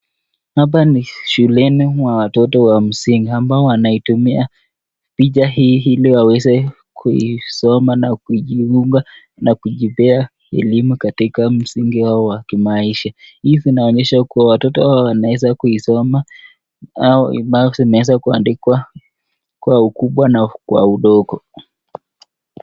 Hapa ni shuleni mwa watoto wa msingi ambao wanaitumia picha hii ili waweze kuisoma na kujiunga na kujipea elimu katika msingi wao wa kimaisha, hii inaonyesha kuwa watoto hawa wanaweza kuisoma au ubao zimeweza kuandikwa kwa ukubwa na kwa udogo.